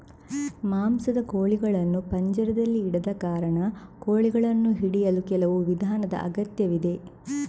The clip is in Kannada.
ಮಾಂಸದ ಕೋಳಿಗಳನ್ನು ಪಂಜರದಲ್ಲಿ ಇಡದ ಕಾರಣ, ಕೋಳಿಗಳನ್ನು ಹಿಡಿಯಲು ಕೆಲವು ವಿಧಾನದ ಅಗತ್ಯವಿದೆ